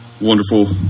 Wonderful